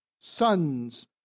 sons